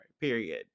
period